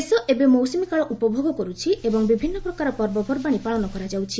ଦେଶ ଏବେ ମୌସୁମୀ କାଳ ଉପଭୋଗ କରୁଛି ଏବଂ ବିଭିନ୍ନ ପ୍ରକାର ପର୍ବପର୍ବାଣି ପାଳନ କରାଯାଉଛି